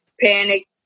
panic